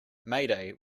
mayday